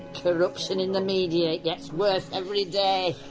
corruption in the media gets worse every day.